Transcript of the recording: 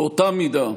באותה מידה,